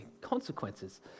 consequences